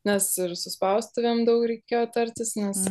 nes ir su spaustuvėm daug reikėjo tartis nes